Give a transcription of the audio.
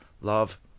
love